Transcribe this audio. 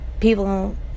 People